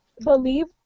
believe